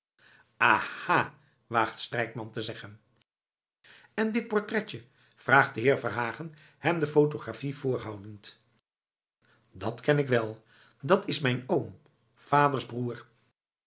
aha waagt strijkman te zeggen en dit portretje vraagt de heer verhagen hem de photographie voorhoudend dat ken ik wel dat is van mijn oom vaders broer